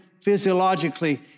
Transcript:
physiologically